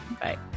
Bye